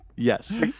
Yes